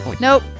Nope